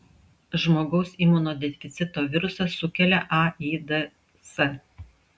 žmogaus imunodeficito virusas sukelia aids